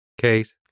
Kate